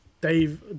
dave